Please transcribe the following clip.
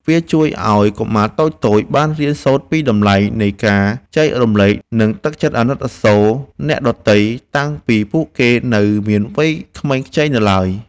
វាជួយឱ្យកុមារតូចៗបានរៀនសូត្រពីតម្លៃនៃការចែករំលែក និងទឹកចិត្តអាណិតអាសូរអ្នកដទៃតាំងពីពួកគេនៅមានវ័យក្មេងខ្ចីនៅឡើយ។